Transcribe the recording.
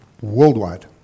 worldwide